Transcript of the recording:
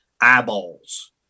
eyeballs